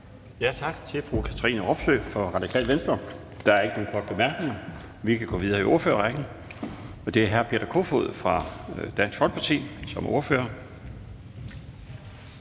Tak til fru Katrine Robsøe fra Radikale Venstre. Der er ikke nogen korte bemærkninger. Vi kan gå videre i ordførerrækken, og det er hr. Peter Kofod fra Dansk Folkeparti som ordfører.